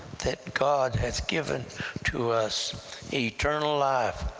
that god hath given to us eternal life,